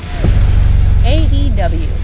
AEW